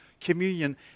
communion